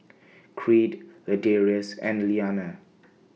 Creed Ladarius and Liana